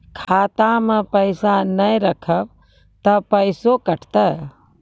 खाता मे पैसा ने रखब ते पैसों कटते?